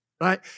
Right